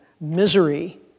misery